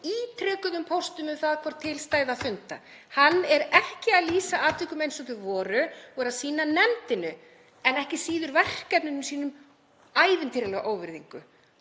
ítrekuðum póstum um það hvort til stæði að funda. Hann er ekki að lýsa atvikum eins og þau voru og er að sýna nefndinni en ekki síður verkefnunum sínum ævintýralega óvirðingu.